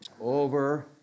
Over